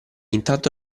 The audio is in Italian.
intanto